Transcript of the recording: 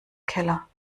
keller